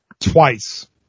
twice